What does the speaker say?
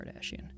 kardashian